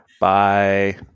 Bye